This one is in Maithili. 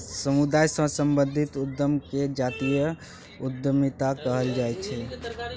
समुदाय सँ संबंधित उद्यम केँ जातीय उद्यमिता कहल जाइ छै